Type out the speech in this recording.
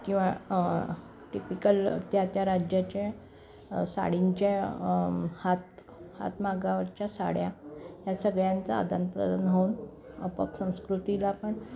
किंवा टिपिकल त्या त्या राज्याच्या साडींच्या हात हातमागावरच्या साड्या ह्या सगळ्यांचा आदानप्रदान होऊन आपोआप संस्कृतीला पण